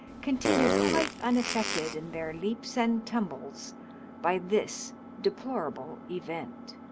continued quite unaffected in their leaps and tumbles by this deplorable event.